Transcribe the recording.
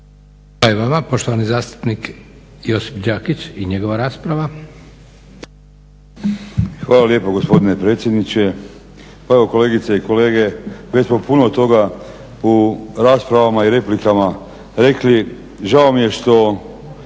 Hvala i vama. Poštovani zastupnik Josip Đakić i njegova rasprava. **Đakić, Josip (HDZ)** Hvala lijepo gospodine predsjedniče. Pa evo kolegice i kolege, već smo puno toga u raspravama i replikama rekli. žao mi je što